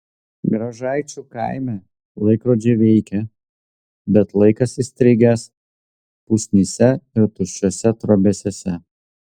gražaičių kaime laikrodžiai veikia bet laikas įstrigęs pusnyse ir tuščiuose trobesiuose